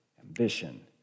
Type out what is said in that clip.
ambition